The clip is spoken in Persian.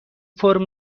فرم